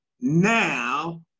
now